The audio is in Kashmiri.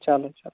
چلو چلو